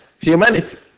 humanity